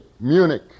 Munich